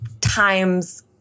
times